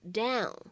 down